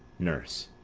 nurse.